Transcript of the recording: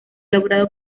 logrado